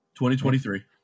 2023